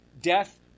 Death